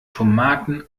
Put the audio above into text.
tomaten